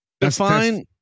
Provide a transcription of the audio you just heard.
Define